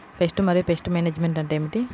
Pest మరియు pest management అంటే ఏమిటి?